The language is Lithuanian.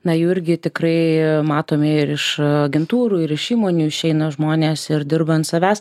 na jų irgi tikrai matome ir iš agentūrų ir iš įmonių išeina žmonės ir dirba ant savęs